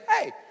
hey